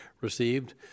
received